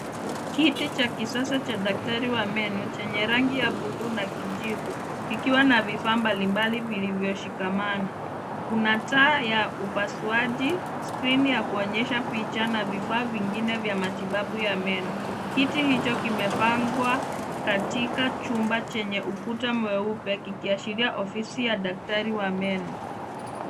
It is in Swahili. Kiti cha kisasa cha daktari wa meno chenye rangi ya buluu na kijivu kikiwa na vifaa mbalimbali vilivyoshikamana. Kuna taa ya upasuaji, skrini ya kuonyesha picha na vifaa vingine vya matibabu ya meno. Kiti hicho kimepangwa katika chumba chenye ukuta mweupe kikiashiria ofisi ya daktari wa meno.